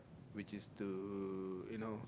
which is to you know